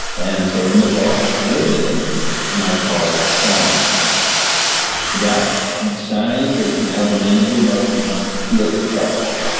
and so in the book, i give it a name and i call it shine nice shine is now the name of the emotion when you feel successful,